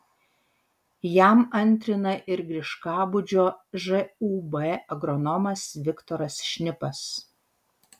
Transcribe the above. jam antrina ir griškabūdžio žūb agronomas viktoras šnipas